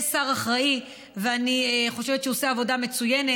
יש שר אחראי, ואני חושבת שהוא עושה עבודה מצוינת.